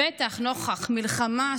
בטח נוכח מלחמה,